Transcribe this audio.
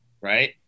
right